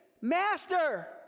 Master